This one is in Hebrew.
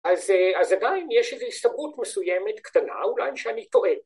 ‫אז עדיין יש איזו הסברות מסוימת, ‫קטנה אולי, שאני טועה.